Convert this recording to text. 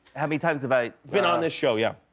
how many times have i been on this show, yeah.